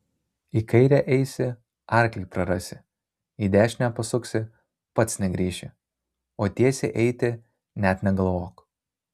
į kairę eisi arklį prarasi į dešinę pasuksi pats negrįši o tiesiai eiti net negalvok